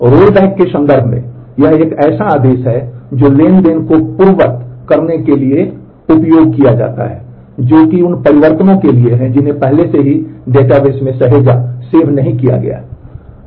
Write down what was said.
rollback के संदर्भ में यह एक ऐसा आदेश है जो ट्रांज़ैक्शन को पूर्ववत करने के लिए उपयोग किया जाता है जो कि उन परिवर्तनों के लिए है जिन्हें पहले से ही डेटाबेस में सहेजा नहीं गया है